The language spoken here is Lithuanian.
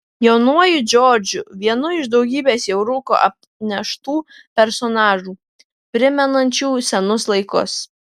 jaunuoju džordžu vienu iš daugybės jau rūko apneštų personažų primenančių senus laikus